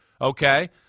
okay